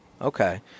Okay